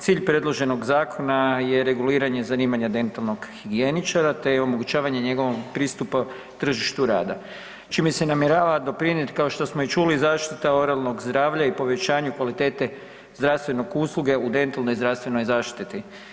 Cilj predloženog zakona je reguliranje zanimanje dentalnog higijeničara te omogućavanje njegovog pristupa tržištu rada čime se namjerava doprinijet kao što smo i čuli zaštita oralnog zdravlja i povećanju kvalitete zdravstvene usluge u dentalnoj zdravstvenoj zaštiti.